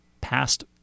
past